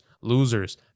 losers